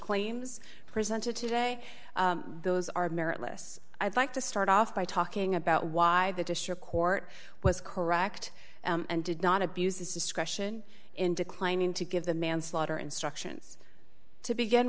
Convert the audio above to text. claims presented today those are meritless i'd like to start off by talking about why the district court was correct and did not abuse this discretion in declining to give the manslaughter instructions to begin